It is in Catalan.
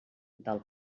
del